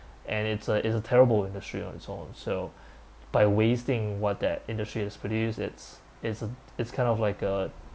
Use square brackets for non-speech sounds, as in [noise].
and it's a it's a terrible industry on its own so [breath] by wasting what that industry has produced it's it's uh it's kind of like a